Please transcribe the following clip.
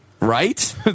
Right